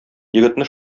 егетне